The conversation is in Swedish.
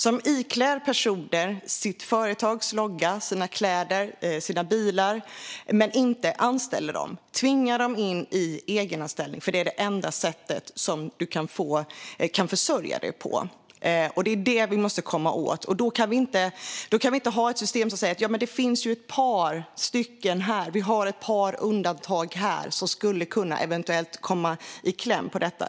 Man iklär personerna företagets loggor, kläder och bilar - men man anställer dem inte. Man tvingar människor in i egenanställning då det är det enda sättet de kan försörja sig på. Det är det vi måste komma åt. Då kan vi inte ha ett system där vi säger nej därför att det finns ett par undantag som eventuellt skulle kunna komma i kläm i detta.